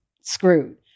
screwed